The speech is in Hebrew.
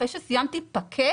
אחרי שסיימתי פקט